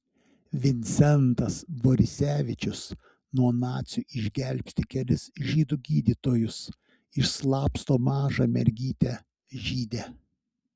vincentas borisevičius nuo nacių išgelbsti kelis žydų gydytojus išslapsto mažą mergytę žydę